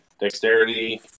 Dexterity